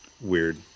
weird